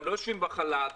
הם לא יושבים בחל"ת.